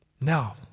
Now